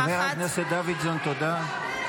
--- חבר הכנסת דוידסון, תודה.